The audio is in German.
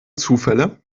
zufälle